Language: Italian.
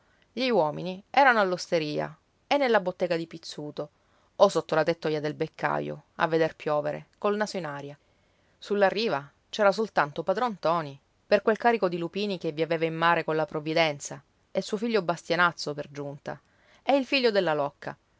gli uomini erano all'osteria e nella bottega di pizzuto o sotto la tettoia del beccaio a veder piovere col naso in aria sulla riva c'era soltanto padron ntoni per quel carico di lupini che vi aveva in mare colla provvidenza e suo figlio bastianazzo per giunta e il figlio della locca